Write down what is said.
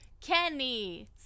Kenny